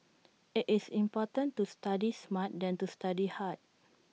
IT is important to study smart than to study hard